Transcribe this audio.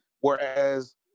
whereas